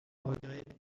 regrets